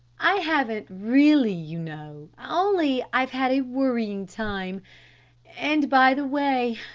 i haven't really you know, only i've had a worrying time and by the way,